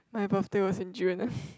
my birthday was in June